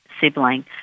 sibling